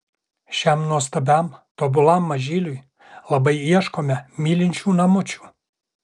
šiam nuostabiam tobulam mažyliui labai ieškome mylinčių namučių